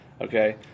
Okay